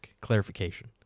Clarification